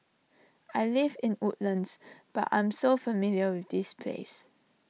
I live in Woodlands but I'm so familiar with this place